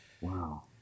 Wow